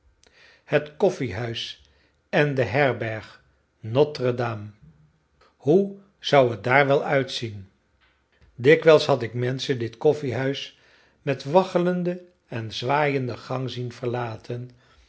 het koffiehuis en de herberg notre dame hoe zou het daar wel uitzien dikwijls had ik menschen dit koffiehuis met waggelenden en zwaaienden gang zien verlaten